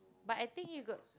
but I think you got